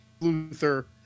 Luther